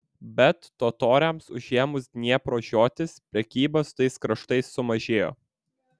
bet totoriams užėmus dniepro žiotis prekyba su tais kraštais sumažėjo